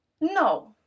No